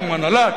כמו הנעלה,